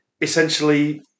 essentially